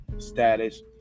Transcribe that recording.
status